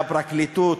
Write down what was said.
והפרקליטות,